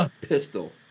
pistol